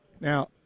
Now